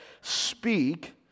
speak